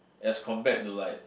as compared to like